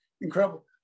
incredible